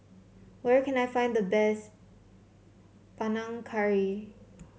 where can I find the best Panang Curry